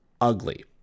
Ugly